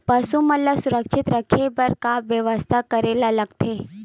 पशु मन ल सुरक्षित रखे बर का बेवस्था करेला लगथे?